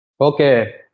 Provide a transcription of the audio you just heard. Okay